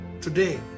Today